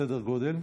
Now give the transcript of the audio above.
סדר גודל?